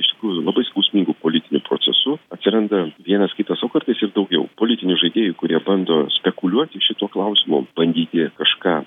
iš tikrųjų labai skausmingu politiniu procesu atsiranda vienas kitas o kartais su daugiau politinių žaidėjų kurie bando spekuliuoti šituo klausimu bandyti kažką